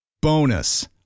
Bonus